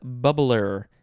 bubbler